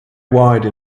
wide